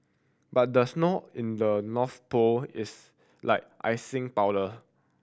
but the snow in the North Pole is like icing powder